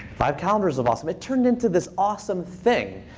five calendars of awesome. it turned into this awesome thing.